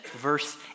verse